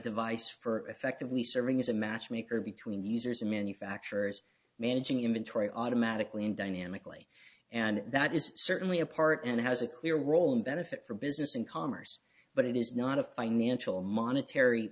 device for effectively serving as a matchmaker between users and manufacturers managing inventory automatically and dynamically and that is certainly a part and has a clear role and benefit from business and commerce but it is not a financial monetary